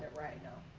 right, no.